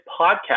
podcast